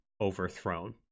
overthrown